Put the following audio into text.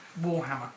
Warhammer